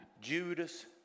Judas